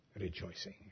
Rejoicing